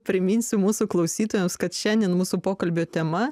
priminsiu mūsų klausytojams kad šiandien mūsų pokalbio tema